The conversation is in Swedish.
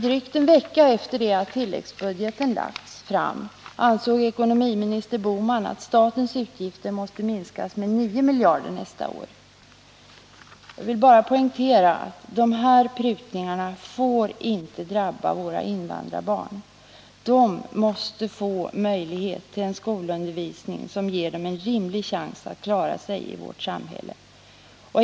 Drygt en vecka efter det att tilläggsbudgeten hade lagts fram ansåg ekonomiminister Bohman att statens utgifter nästa budgetår måste minskas med 9 miljarder. Jag vill bara poängtera att dessa prutningar inte får drabba våra invandrarbarn. De måste få möjlighet att erhålla en skolundervisning, som ger dem en rimlig chans att klara sig i vårt samhälle.